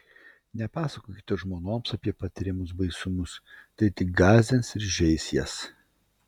nepasakokite žmonoms apie patiriamus baisumus tai tik gąsdins ir žeis jas